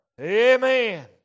Amen